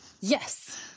Yes